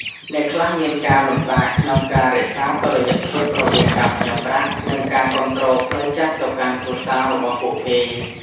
អ្នកខ្លះមានការលំបាកក្នុងការរក្សាតុល្យភាពរវាងការផ្ញើប្រាក់ និងការគាំទ្រផ្លូវចិត្តទៅកាន់គ្រួសាររបស់ពួកគេ។